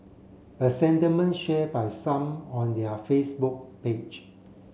a sentiment share by some on their Facebook page